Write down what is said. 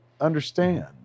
understand